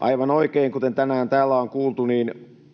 Aivan oikein, kuten tänään täällä on kuultu, maa-